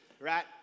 right